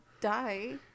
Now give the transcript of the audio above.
die